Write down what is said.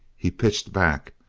he pitched back,